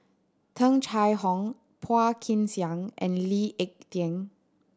Tung Chye Hong Phua Kin Siang and Lee Ek Tieng